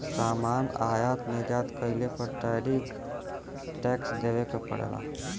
सामान आयात निर्यात कइले पर टैरिफ टैक्स देवे क पड़ेला